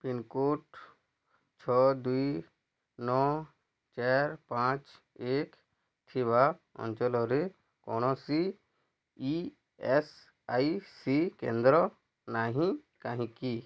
pincode ଛଅ ଦୁଇ ନଅ ଚାରି ପାଞ୍ଚ ଏକ ଥିବା ଅଞ୍ଚଳରେ କୌଣସି ଇ ଏସ୍ ଆଇ ସି କେନ୍ଦ୍ର ନାହିଁ କାହିଁକି